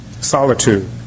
Solitude